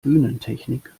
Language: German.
bühnentechnik